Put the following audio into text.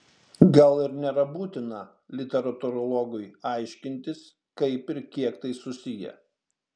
gal ir nėra būtina literatūrologui aiškintis kaip ir kiek tai susiję